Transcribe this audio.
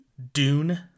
Dune